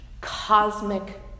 cosmic